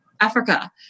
Africa